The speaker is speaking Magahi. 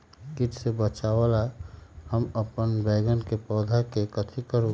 किट से बचावला हम अपन बैंगन के पौधा के कथी करू?